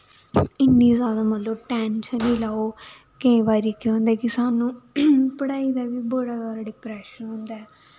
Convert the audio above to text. इन्नी जादा मतलब टैंशन नी लैओ केईं बारी केह् होंदा ऐ कि सानूं पढ़ाई दा बी बड़ा भारी डिप्रैशन होंदा ऐ